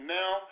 now